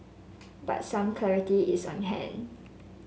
but some clarity is on hand